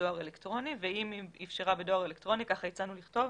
בדואר אלקטרוני ואם היא אפשרה בדואר אלקטרוני כך הצענו לכתוב